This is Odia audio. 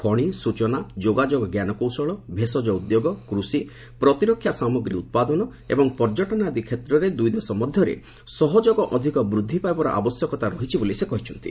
ଖଣି ସୂଚନା ଯୋଗାଯୋଗ ଜ୍ଞାନକୌଶଳ ଭେଷକ ଉଦ୍ୟୋଗ କୃଷି ପ୍ରତିରକ୍ଷା ସାମଗ୍ରୀ ଉତ୍ପାଦନ ଏବଂ ପର୍ଯ୍ୟଟନ ଆଦି କ୍ଷେତ୍ରରେ ଦୁଇ ଦେଶ ମଧ୍ୟରେ ସହଯୋଗ ଅଧିକ ବୃଦ୍ଧି ପାଇବାର ଆବଶ୍ୟକତା ଅଛି ବୋଲି ସେ କହିଛନ୍ତି